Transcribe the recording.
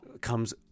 comes